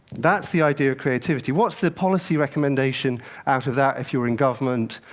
that's the idea of creativity. what's the policy recommendation out of that if you're in government,